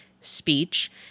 speech